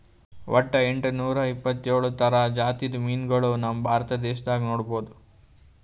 ವಟ್ಟ್ ಎಂಟನೂರಾ ಎಪ್ಪತ್ತೋಳ್ ಥರ ಜಾತಿದ್ ಮೀನ್ಗೊಳ್ ನಮ್ ಭಾರತದಾಗ್ ನೋಡ್ಬಹುದ್